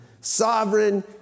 Sovereign